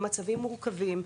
מצבים מורכבים.